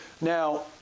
Now